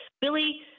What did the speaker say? Billy